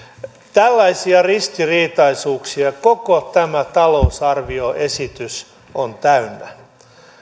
tällaisia ristiriitaisuuksia koko tämä talousarvioesitys on täynnä